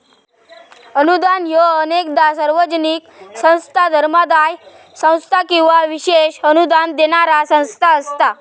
अनुदान ह्या अनेकदा सार्वजनिक संस्था, धर्मादाय संस्था किंवा विशेष अनुदान देणारा संस्था असता